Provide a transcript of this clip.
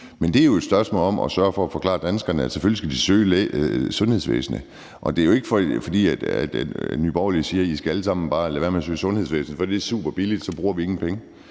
Det er jo et spørgsmål om at sørge for at forklare danskerne, at de selvfølgelig skal søge sundhedsvæsenet. Det er jo ikke, fordi Nye Borgerlige siger, at de alle sammen bare skal lade være med at søge sundhedsvæsenet, for det er superbilligt, og så bruger vi ingen penge.